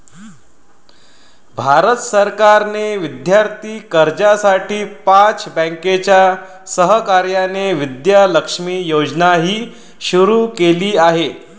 भारत सरकारने विद्यार्थी कर्जासाठी पाच बँकांच्या सहकार्याने विद्या लक्ष्मी योजनाही सुरू केली आहे